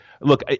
look